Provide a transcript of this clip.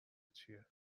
چیه